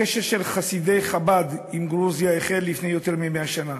הקשר של חסידי חב"ד עם גרוזיה החל לפני יותר מ-100 שנה.